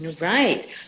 Right